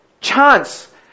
chance